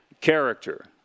character